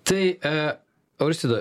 tai e euristida